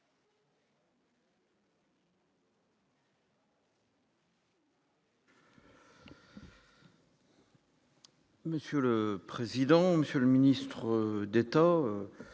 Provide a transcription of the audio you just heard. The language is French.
Monsieur le président, Monsieur le ministre d'État,